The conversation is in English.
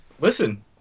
listen